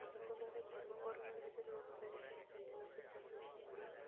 ଲୋକମାନେ ପର୍ବପର୍ବାଣିରେ ନୂଆ ପ୍ୟାଣ୍ଟ୍ ସାର୍ଟ ପିନ୍ଧିବାକୁ ଚାହାଁନ୍ତି ଏବଂ